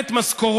מדינה אחת ‏ בואו